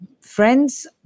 friends